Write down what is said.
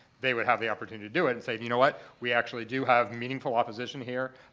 they would have the opportunity to do it and say, you know what, we actually do have meaningful opposition here.